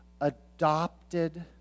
adopted